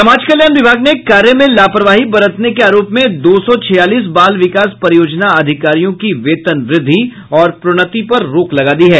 समाज कल्याण विभाग ने कार्य में लापरवाही बरतने के आरोप में दो सौ छियालीस बाल विकास परियोजना अधिकारियों की वेतन वृद्धि और प्रोन्नति पर रोक लगा दी है